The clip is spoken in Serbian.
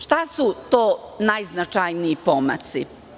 Šta su to najznačajniji pomaci?